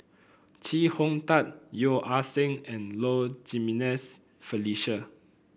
Chee Hong Tat Yeo Ah Seng and Low Jimenez Felicia